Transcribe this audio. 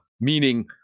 Meaning